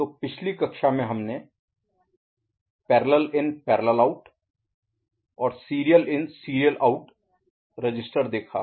तो पिछली कक्षा में हमने पैरेलल इन पैरेलल आउट और serial in serial out register देखा